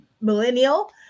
millennial